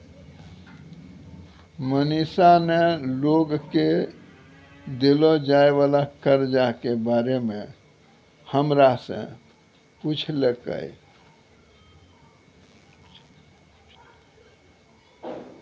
मनीषा ने लोग के देलो जाय वला कर्जा के बारे मे हमरा से पुछलकै